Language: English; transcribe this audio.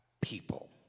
people